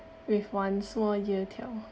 with one small youtiao